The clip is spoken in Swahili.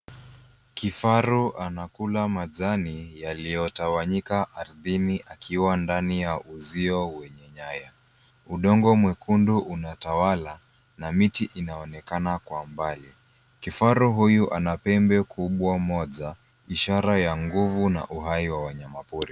Kifaru anakula majani yaliyotawanyika ardhini akiwa ndani ya uzio wenye nyaya. Udongo mwekundu unatawala na miti inaonekana kwa mbali. Kifaru huyu ana pembe kubwa moja, ishara ya nguvu na uhai wa wanyamapori.